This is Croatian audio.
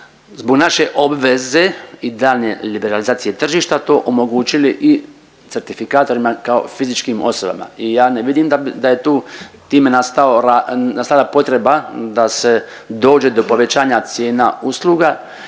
zbog naše obveze i daljnje liberalizacije tržišta to omogućili i certifikatorima kao fizičkim osobama i ja ne vidim da je tu time nastao raz… nastala potreba da se dođe do povećanja cijena usluga